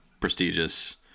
prestigious